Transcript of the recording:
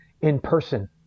in-person